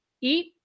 eat